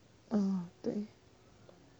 哦对